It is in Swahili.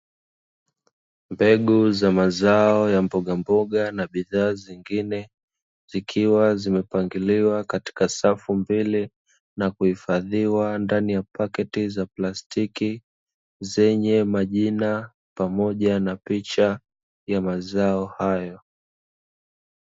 Mbegu za mazao ya mbogamboga na bidhaa zingine zikiwa zimepangiliwa katika safu mbili na kuhifadhiwa ndani ya paketi za plastiki, zenye majina pamoja na picha ya mazao hayo.